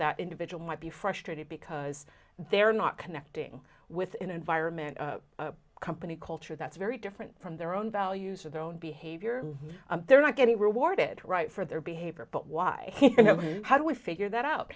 that individual might be frustrated because they're not connecting with an environment company culture that's very different from their own values or their own behavior they're not getting rewarded right for their behavior but why you know how do we figure that out